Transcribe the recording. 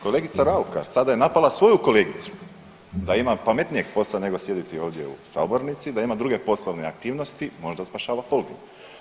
Kolegica Raukar sada je napala svoju kolegicu da ima pametnijeg posla nego sjediti ovdje u sabornici, da ima druge poslovne aktivnosti, možda spašava Holding.